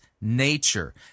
nature